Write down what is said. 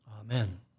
Amen